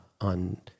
on